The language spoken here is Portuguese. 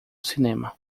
cinema